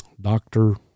doctor